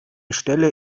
stelle